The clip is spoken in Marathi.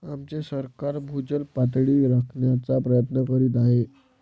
आमचे सरकार भूजल पातळी राखण्याचा प्रयत्न करीत आहे